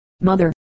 Mother